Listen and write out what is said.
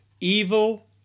Evil